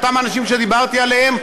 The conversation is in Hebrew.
אותם האנשים שדיברתי עליהם,